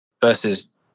versus